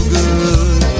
good